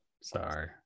Sorry